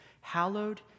hallowed